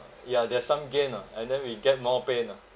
ya there's some gain ah and then we get more pain ah